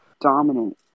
Dominant